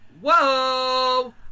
whoa